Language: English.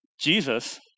Jesus